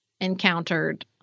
encountered